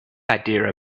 idea